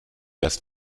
das